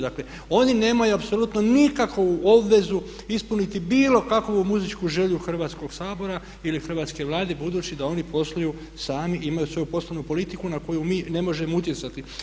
Dakle, oni nemaju apsolutno nikakvu obvezu ispuniti bilo kakvu muzičku želju Hrvatskog sabora ili Hrvatske vlade budući da oni posluju sami i imaju svoju poslovnu politiku na koju mi ne možemo utjecati.